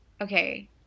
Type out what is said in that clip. Okay